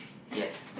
yes